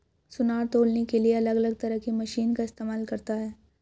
सुनार तौलने के लिए अलग तरह की मशीन का इस्तेमाल करता है